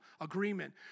agreement